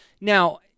now